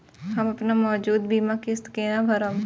हम अपन मौजूद बीमा किस्त केना भरब?